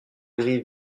gris